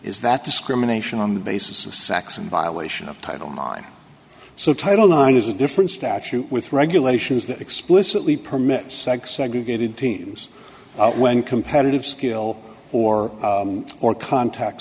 is that discrimination on the basis of sex and violation of title minor so title nine is a different statute with regulations that explicitly permit sex segregated teams when competitive skill or or contact